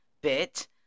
bit